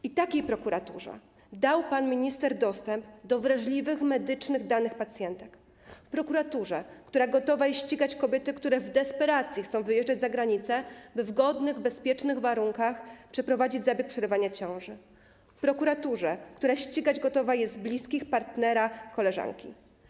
I takiej prokuraturze dał pan minister dostęp do wrażliwych medycznych danych pacjenta, prokuraturze, która gotowa jest ścigać kobiety, które w desperacji chcą wyjeżdżać za granicę, by w godnych, bezpiecznych warunkach przeprowadzić zabieg przerywania ciąży, prokuraturze, która gotowa jest ścigać bliskich, partnera, koleżanki.